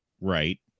right